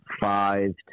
five